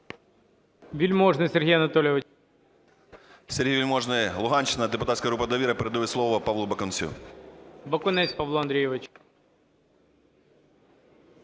Сергій Вельможний, Луганщина, депутатська група "Довіра". Передаю слово Павлу Бакунцю.